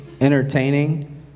Entertaining